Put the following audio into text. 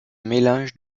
mélange